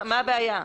מה הבעיה?